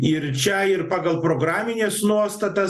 ir čia ir pagal programines nuostatas